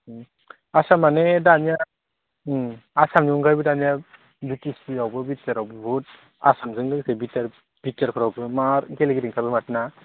आसाम माने दानिया आसामनि अनगायैबो दानिया बि टि सि आवबो बि टि आर आव बहुद आसामजों लोगोसे बि टि आर फोरावबो मार गेलेगिरि ओंखारबाय माथो ना